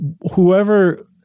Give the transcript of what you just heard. whoever